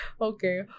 Okay